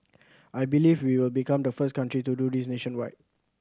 I believe we will become the first country to do this nationwide